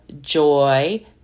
joy